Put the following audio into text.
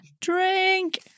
Drink